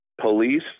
Police